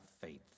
faith